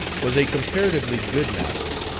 was a comparatively good master,